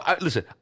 Listen